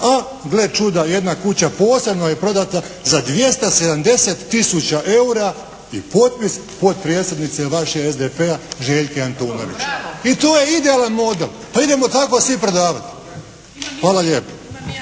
a gle čuda jedna kuća posebno je prodata za 270 tisuća eura i potpis potpredsjednice vaše SDP-a Željke Antunović. I to je idealan model, pa idemo tako svi prodavati. Hvala lijepo.